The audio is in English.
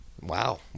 wow